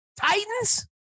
Titans